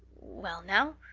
well now,